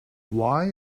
why